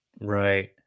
Right